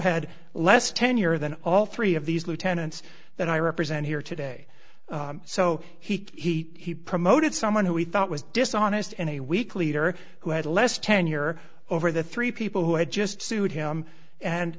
had less tenure than all three of these lieutenants that i represent here today so he promoted someone who he thought was dishonest and a weak leader who had less tenure over the three people who had just sued him and